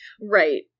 Right